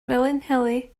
felinheli